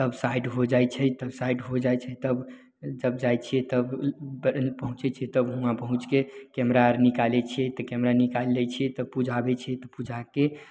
सब साइट हो जाइ छै सब साइट हो जाइ छै तब जब जाइ छियै तब बड्ड नीक पहुँचइ छियै तब हुआँ पहुँचके कैमरा निकालय छियै तऽ कैमरा निकालि लै छियै ई सब पुजाबय छियै तऽ पूजाके